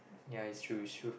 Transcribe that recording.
ya it's true it's true